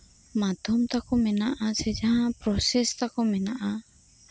ᱢᱟᱫᱽᱫᱷᱚᱢ ᱛᱟᱠᱚ ᱢᱮᱱᱟᱜᱼᱟ ᱥᱮ ᱡᱟᱸᱦᱟ ᱯᱨᱚᱥᱮᱥ ᱛᱟᱠᱚ ᱢᱮᱱᱟᱜᱼᱟ